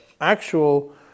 actual